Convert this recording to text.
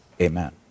amen